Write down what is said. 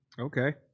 Okay